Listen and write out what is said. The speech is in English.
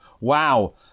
Wow